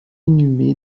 inhumé